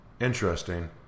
interesting